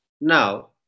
Now